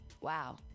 Wow